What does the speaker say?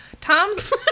Tom's